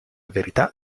verità